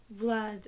Vlad